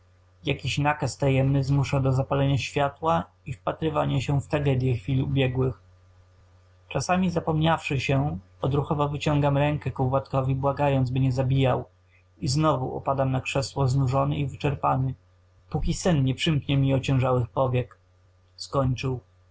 jakiś nakaz tajemny zmusza do zapalenia światła i wpatrywania się w tragedyę chwil ubiegłych czasami zapomniawszy się odruchowo wyciągam ręce ku władkowi błagając by nie zabijał i znów opadam na krzesło znużony i wyczerpany póki sen nie przymknie mi ociężałych powiek skończył